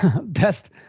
Best